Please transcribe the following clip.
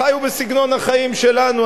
חיו בסגנון החיים שלנו,